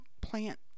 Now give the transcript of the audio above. plant